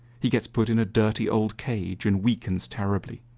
he gets put in a dirty old cage and weakens terribly.